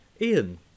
Ian